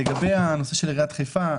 לגבי עיריית חיפה,